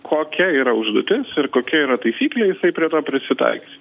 kokia yra užduotis ir kokia yra taisyklė jisai prie to prisitaikys